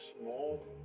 small